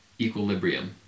equilibrium